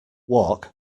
walk